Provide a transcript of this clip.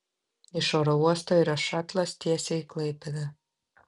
iš oro uosto yra šatlas tiesiai į klaipėdą